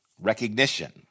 Recognition